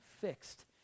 fixed